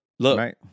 Look